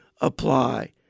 apply